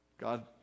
God